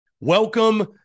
Welcome